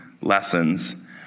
lessons